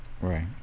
Right